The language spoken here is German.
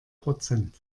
prozent